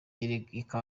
yereka